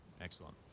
Excellent